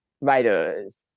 writers